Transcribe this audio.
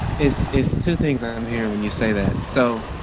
is is two things i'm hearing when you say that. so